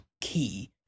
key